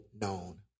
known